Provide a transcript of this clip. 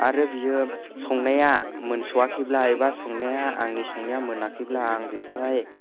आरो बियो संनाया मोनस'वाखैब्ला एबा संनाया आंनि संनाया मोनाखैब्ला आं बेखौहाय